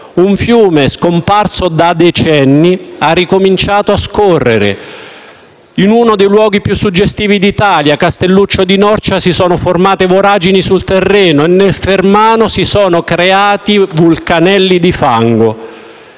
Un fiume scomparso da decenni ha ricominciato a scorrere. In uno dei luoghi più suggestivi d'Italia, Castelluccio di Norcia, si sono formate voragini sul terreno e nel fermano si sono creati vulcanelli di fango.